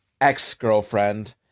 ex-girlfriend